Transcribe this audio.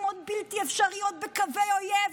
משימות בלתי אפשריות בקווי האויב.